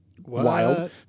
wild